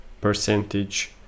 percentage